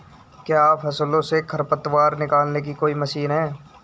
क्या फसलों से खरपतवार निकालने की कोई मशीन है?